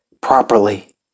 properly